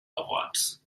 awards